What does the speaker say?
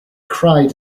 cried